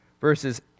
Verses